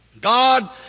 God